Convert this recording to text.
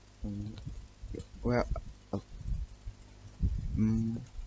um well um